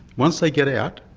once they get out,